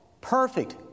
perfect